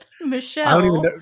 michelle